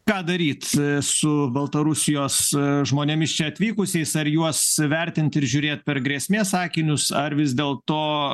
ką daryt su baltarusijos žmonėmis čia atvykusiais ar juos vertint ir žiūrėt per grėsmės akinius ar vis dėlto